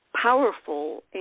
powerful